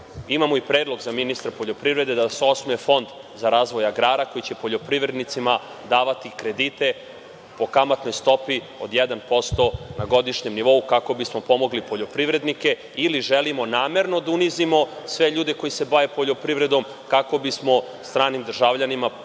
i predlog za ministra poljoprivrede da se osnuje fond za razvoj agrara koji će poljoprivrednicima davati kredite po kamatnoj stopi od 1% na godišnjem nivou kako bi smo pomogli poljoprivrednike ili želimo namerno da unizimo sve ljude koji se bave poljoprivredom, kako bi smo stranim državljanima prodavali